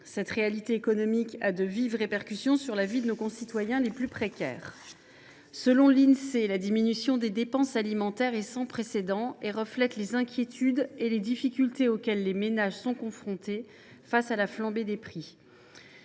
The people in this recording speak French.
Cette réalité économique a de vives répercussions sur la vie de nos concitoyens les plus précaires. Selon l’Insee, la diminution des dépenses alimentaires est sans précédent et reflète les inquiétudes et les difficultés auxquelles les ménages sont confrontés face à la flambée des prix.